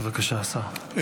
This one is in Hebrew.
בבקשה, השר.